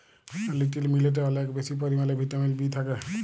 little মিলেটে অলেক বেশি পরিমালে ভিটামিল বি থ্যাকে